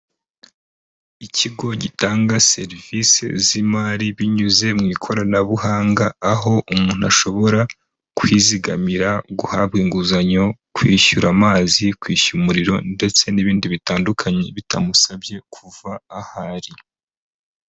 Ikigo gitanga serivisi z'imari binyuze mu ikoranabuhanga, aho umuntu ashobora kwizigamira, guhabwa inguzanyo, kwishyura amazi, kwishyura umuriro ndetse n'ibindi bitandukanye bitamusabye kuva aho ari.